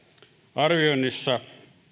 arvioinnissa